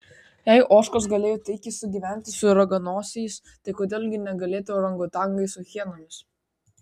jei ožkos galėjo taikiai sugyventi su raganosiais tai kodėl gi negalėtų orangutangai su hienomis